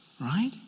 right